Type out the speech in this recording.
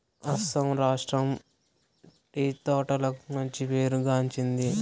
అస్సాం రాష్ట్రం టీ తోటలకు మంచి పేరు గాంచింది